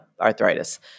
arthritis